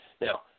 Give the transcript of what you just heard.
Now